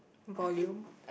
volume